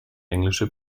englische